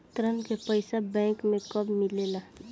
ऋण के पइसा बैंक मे कब मिले ला?